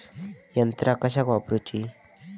यंत्रा कशाक वापुरूची?